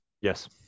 Yes